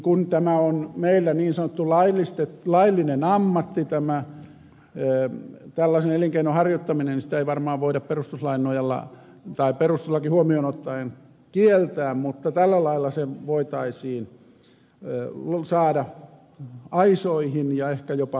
kun tällaisen elinkeinon harjoittaminen on meillä niin sanottu laillinen ammatti sitä ei varmaan voida perustuslaki huomioon ottaen kieltää mutta tällä lailla se voitaisiin saada aisoihin ja ehkä jopa loppumaan